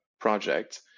project